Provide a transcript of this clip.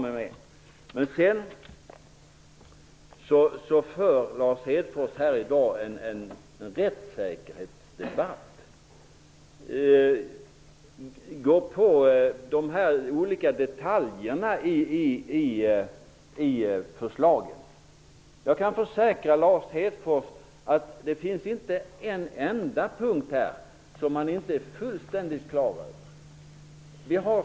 I dag för Lars Hedfors en rättssäkerhetsdebatt. Han går på detaljerna i förslaget. Jag kan försäkra Lars Hedfors att det inte finns en enda punkt som man inte är helt på det klara med.